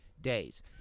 days